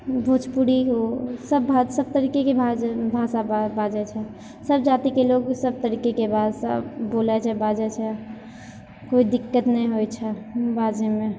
भोजपूरी हो सब भाषा सब तरीकेके बाजय भाषा बाजय छै हर जातिके लोक सब तरीकेके भाषा बोलय छै बाजय छै कोइ दिक्कत नहि होइ छै बाजयमे